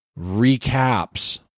recaps